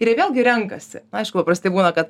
ir jie vėlgi renkasi nu aišku paprastai būna kad